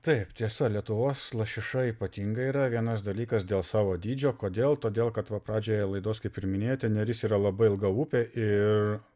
taip tiesa lietuvos lašiša ypatinga yra vienas dalykas dėl savo dydžio kodėl todėl kad va pradžioje laidos kaip ir minėjote neris yra labai ilga upė ir